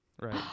Right